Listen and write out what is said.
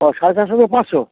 ও সাড়ে চারশো থেকে পাঁসশো